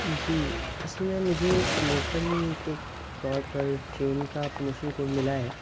جی اصل میں مجھے ایک پرموشن کے طور پر ٹرین کا پروموشن کوڈ ملا ہے